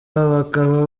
bakaba